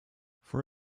for